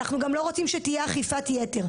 אנחנו גם לא רוצים שתהיה אכיפת יתר,